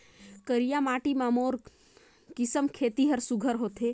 करिया माटी मा कोन किसम खेती हर सुघ्घर होथे?